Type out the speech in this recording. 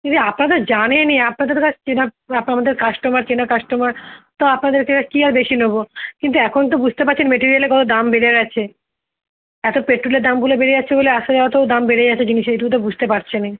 দিদি আপনারা তো জানেনই আপনাদের কাছে চেনা আপনি আমাদের কাস্টোমার চেনা কাস্টোমার তো আপনাদেরকে কী আর বেশি নেবো কিন্তু এখন তো বুঝতে পারছেন মেটিরিয়ালের কতো দাম বেড়ে গেছে এতো পেট্রলের দাম ভুলে বেড়ে যাচ্ছে বলে আসা যাওয়াতেও দাম বেড়ে যাচ্ছে জিনিসের এইটুকু তো বুঝতে পারছেনই